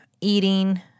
eating